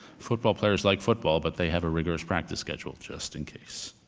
football players like football, but they have a rigorous practice schedule just in case.